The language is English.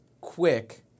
quick